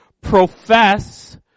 profess